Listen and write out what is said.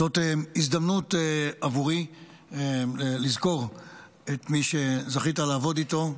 זאת הזדמנות עבורי לזכור את מי שזכית לעבוד איתו,